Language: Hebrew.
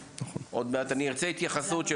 עוד מעט אני ארצה התייחסות של